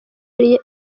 yari